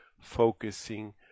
focusing